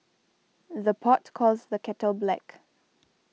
the pot calls the kettle black